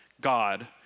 God